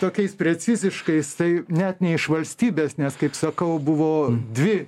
tokiais preciziškais tai net ne iš valstybės nes kaip sakau buvo dvi